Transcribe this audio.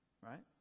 Right